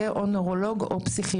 זה יהיה או נוירולוג או פסיכיאטר.